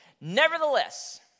Nevertheless